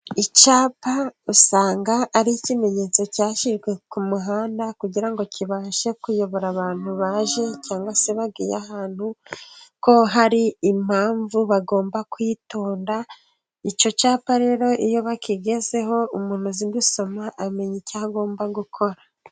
icyapa usanga ari ikimenyetso cyashyizwe ku muhanda, kugira ngo kibashe kuyobora abantu baje cyangwa se bagiye ahantu, ko hari impamvu bagomba kwitonda icyo cyapa rero iyo bakigezeho umuntu azigisoma amenya icyo agomba gukora.